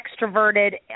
extroverted